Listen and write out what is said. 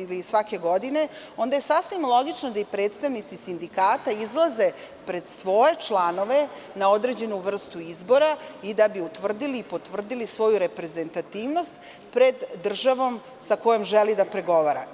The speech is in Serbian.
ili svake godine, onda je sasvim logično da i predstavnici sindikata izlaze pred svoje članove na određenu vrstu izbora kako bi utvrdili i potvrdili svoju reprezentativnost pred državom sa kojom želi da pregovara.